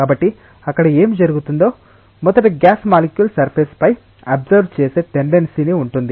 కాబట్టి అక్కడ ఏమి జరుగుతుందో మొదట గ్యాస్ మాలిక్యుల్ సర్ఫేస్ పై అబ్సర్వ్ చేసే టెండేన్సి ఉంటుంది